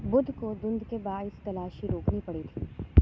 بدھ کو دھند کے باعث تلاشی روکنی پڑی تھی